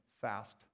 fast